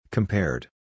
Compared